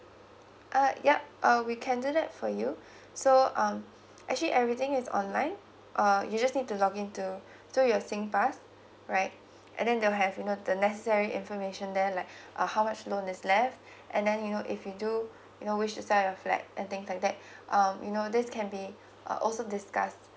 uh yup uh we can do that for you so um actually everything is online uh you just need to log in to to your S G pass right and then they'll have you know the necessary information there like uh how much loan is left and then you know if you do you know which type of flat and things like that um you know this can be uh also discussed